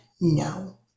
no